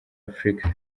afurika